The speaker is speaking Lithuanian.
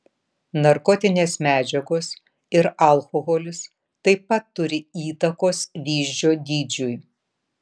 narkotinės medžiagos ir alkoholis taip pat turi įtakos vyzdžio dydžiui